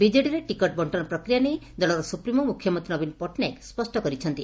ବିଜେଡ଼ିରେ ticket ବକ୍ଷନ ପ୍ରକ୍ରିୟା ନେଇ ଦଳର ସ୍ଟପ୍ରିମୋ ମୁଖ୍ୟମନ୍ତୀ ନବୀନ ପଟଟନାୟକ ସ୍ୱଷ୍ଟ କରିଛନ୍ତି